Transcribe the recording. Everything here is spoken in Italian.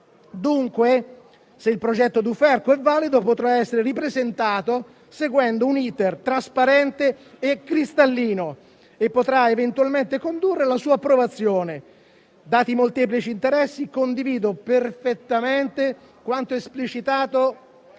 Dunque, se il progetto Duferco è valido, potrà essere ripresentato seguendo un *iter* trasparente e cristallino, che potrà eventualmente condurre alla sua approvazione. Dati i molteplici interessi, condivido perfettamente quanto esplicitato